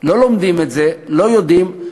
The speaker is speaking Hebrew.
לא לומדים את זה, לא יודעים.